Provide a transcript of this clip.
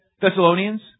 Thessalonians